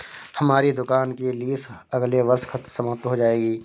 हमारी दुकान की लीस अगले वर्ष समाप्त हो जाएगी